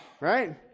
Right